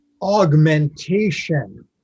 augmentation